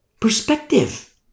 Perspective